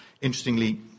Interestingly